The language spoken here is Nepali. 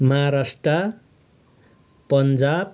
महाराष्ट्र पन्जाब